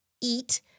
eat